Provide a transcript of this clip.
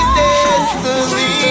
destiny